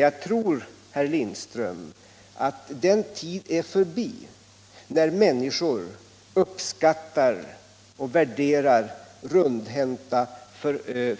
Jag tror, herr Lindström, att den tid är förbi när människor uppskattade och värderade rundhänta